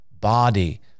body